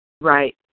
Right